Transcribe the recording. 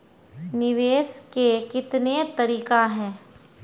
निवेश के कितने तरीका हैं?